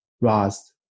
Rust